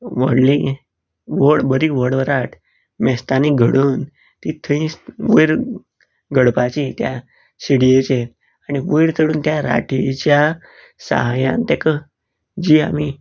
व्हडली व्हड बरी रांठ मेस्तांनी घडोवन ती थंयच वयर घडपाची त्या शिडयेचेर आनी वयर चडून त्या राठीच्या सहाय्यान तेका जी आमी